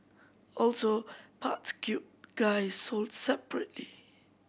also parts cute guy sold separately